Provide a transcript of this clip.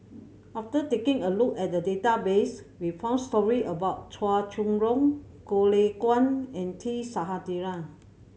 after taking a look at the database we found story about Chua Chong Long Goh Lay Kuan and T Sasitharan